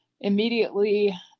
immediately